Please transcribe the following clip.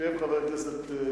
שב, חבר הכנסת בר-און,